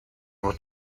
will